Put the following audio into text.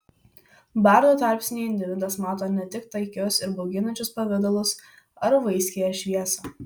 bardo tarpsnyje individas mato ne tik taikius ir bauginančius pavidalus ar vaiskiąją šviesą